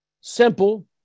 simple